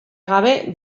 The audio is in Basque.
gabe